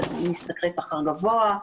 זה משתכרי שכר גבוה,